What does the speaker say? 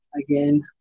Again